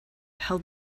held